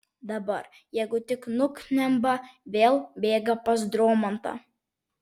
dabar jeigu tik nuknemba vėl bėga pas dromantą